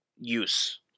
use